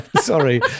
Sorry